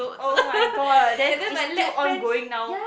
oh-my-god then it's still ongoing now